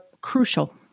crucial